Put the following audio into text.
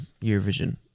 Eurovision